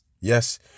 Yes